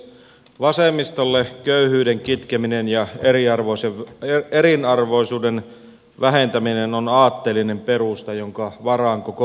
vasemmistolle köyhyyden kitkeminen ja eriarvoisuuden vähentäminen ovat aatteellinen perusta jonka varaan koko liike rakentuu